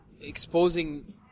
exposing